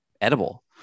edible